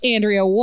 Andrea